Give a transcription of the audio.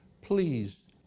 please